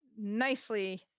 nicely